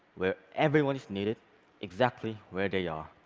where everyone is needed exactly where they are,